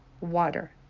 water